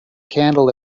candle